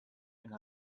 and